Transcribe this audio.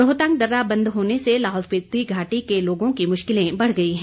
रोहतांग दर्रा बंद होने से लाहौल घाटी के लोगों की मुश्किलें बढ़ गई हैं